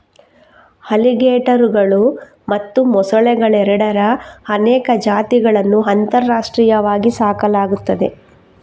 ಅಲಿಗೇಟರುಗಳು ಮತ್ತು ಮೊಸಳೆಗಳೆರಡರ ಅನೇಕ ಜಾತಿಗಳನ್ನು ಅಂತಾರಾಷ್ಟ್ರೀಯವಾಗಿ ಸಾಕಲಾಗುತ್ತದೆ